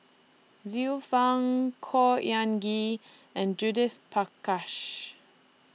Xiu Fang Khor Ean Ghee and Judith Prakash